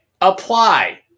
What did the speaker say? apply